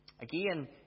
Again